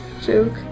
joke